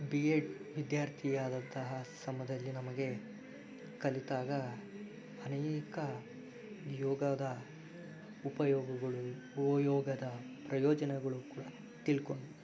B Ed ವಿದ್ಯಾರ್ಥಿಯಾದಂತಹ ಸಮಯದಲ್ಲಿ ನಮಗೆ ಕಲಿತಾಗ ಅನೇಕ ಯೋಗದ ಉಪಯೋಗಗಳು ಯೋಗದ ಪ್ರಯೋಜನಗಳು ಕೂಡ ತಿಳ್ಕೊ